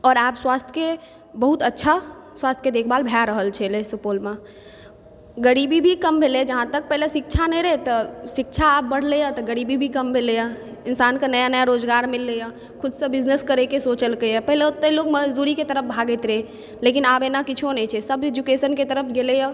आओर आब स्वास्थके बहुत अच्छा स्वास्थके देखभाल भए रहल छलै सुपौलमे गरीबी भी कम भेलै जहाँ तक पहिले शिक्षा नहि रहै तऽ शिक्षा आब बढ़लैए तऽ गरीबी भी काम भेलैए इंसानके नया नया रोजगार मिलैए खुदसँ बिजनेस करै के सोचलकै पहिले ओतेलोग मजदूरीके तरफ भागैत रहै लेकिन आब ऐना किछो नहि छै सब एजुकेशनके तरफ गेलैए